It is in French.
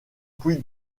puy